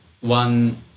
one